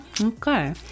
okay